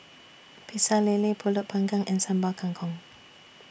Pecel Lele Pulut Panggang and Sambal Kangkong